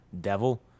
Devil